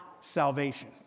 salvation